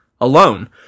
alone